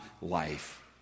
life